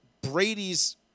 Brady's